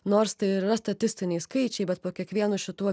nors tai ir yra statistiniai skaičiai bet po kiekvienu šituo